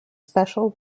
special